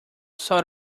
sort